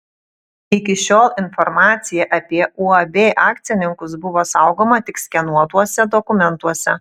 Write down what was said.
iki šiol informacija apie uab akcininkus buvo saugoma tik skenuotuose dokumentuose